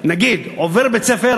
נגיד עובר בית-ספר,